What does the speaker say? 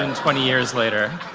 and twenty years later.